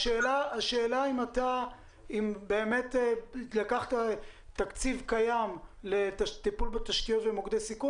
השאלה אם באמת לקחת תקציב קיים לטיפול בתשתיות ומוקדי סיכון